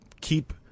keep